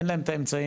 אין להם את האמצעים,